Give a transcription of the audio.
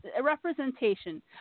representation